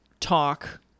talk